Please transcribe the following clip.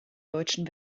deutschen